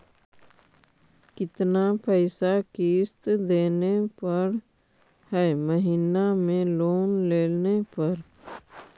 कितना पैसा किस्त देने पड़ है महीना में लोन लेने पर?